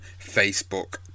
Facebook